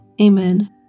Amen